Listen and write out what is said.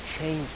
change